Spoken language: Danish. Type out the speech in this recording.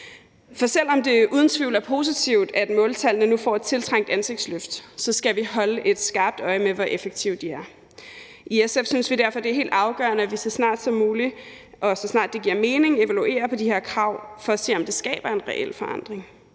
For selv om det uden tvivl er positivt, at måltallene nu får en tiltrængt ansigtsløftning, skal vi holde et skarpt øje med, hvor effektive de er. I SF synes vi derfor, at det er helt afgørende, at vi så snart som muligt, og så snart det giver mening, evaluerer på de her krav for at se, om det skaber en reel forandring,